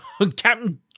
captain